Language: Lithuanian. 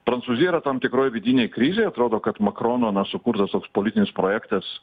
prancūzija yra tam tikroj vidinėj krizėj atrodo kad makrono na sukurtas toks politinis projektas